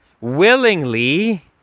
willingly